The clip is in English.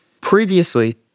Previously